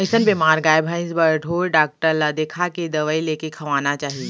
अइसन बेमार गाय भइंसी बर ढोर डॉक्टर ल देखाके दवई लेके खवाना चाही